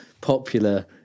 popular